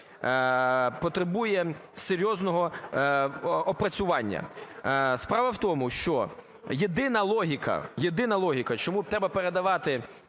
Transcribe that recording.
потребує серйозного опрацювання. Справа в тому, що єдина логіка… єдина логіка, чому треба передавати